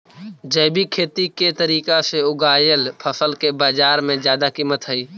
जैविक खेती के तरीका से उगाएल फसल के बाजार में जादा कीमत हई